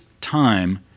time